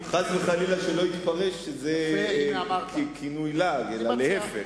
חס וחלילה שלא יתפרש שזה ככינוי לעג, אלא להיפך.